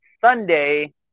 sunday